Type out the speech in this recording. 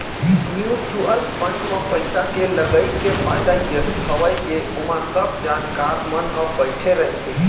mutual fund म पइसा के लगई के फायदा यही हवय के ओमा सब जानकार मन ह बइठे रहिथे